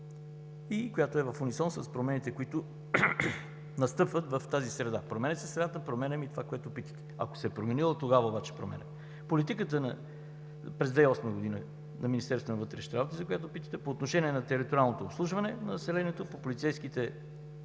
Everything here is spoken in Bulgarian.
и са в унисон с промените, които настъпват в тази среда. Променя се средата, променяме и това, което питате. Ако се е променило, тогава обаче променяме. Политиката на Министерство на вътрешните работи по отношение на териториалното обслужване на населението от полицейските